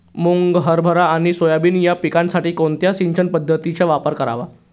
मुग, हरभरा आणि सोयाबीन या पिकासाठी कोणत्या सिंचन पद्धतीचा वापर करावा?